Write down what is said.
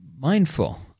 mindful